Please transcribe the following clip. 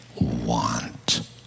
want